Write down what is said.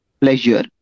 pleasure